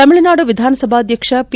ತಮಿಳುನಾಡು ವಿಧಾನಸಭಾಧ್ಯಕ್ಷ ಪಿ